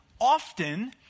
often